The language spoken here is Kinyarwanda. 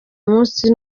munsi